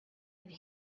could